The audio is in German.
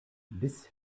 bis